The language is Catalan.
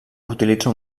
utilitza